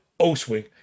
o-swing